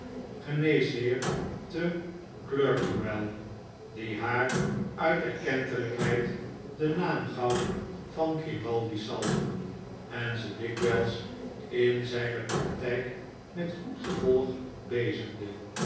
chamberlane geneesheerte clerkenwell die haar uit erkentelijkheid den naam gaf van grimaldi'szalf en ze dikwijls in zijne praktijk met goed gevolg bezigde